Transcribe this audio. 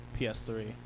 PS3